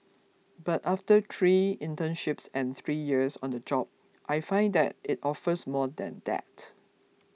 but after three internships and three years on the job I find that it offers more than that